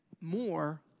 more